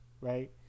Right